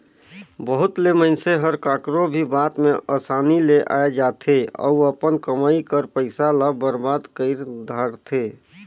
बहुत ले मइनसे हर काकरो भी बात में असानी ले आए जाथे अउ अपन कमई कर पइसा ल बरबाद कइर धारथे